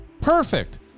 Perfect